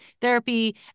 therapy